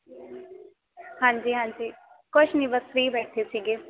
ਹਾਂਜੀ ਹਾਂਜੀ ਕੁਛ ਨਹੀਂ ਬਸ ਫਰੀ ਬੈਠੇ ਸੀਗੇ